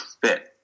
fit